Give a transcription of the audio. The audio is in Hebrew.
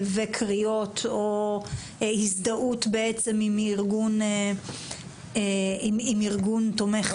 וקריאות או הזדהות בעצם עם ארגון תומך טרור?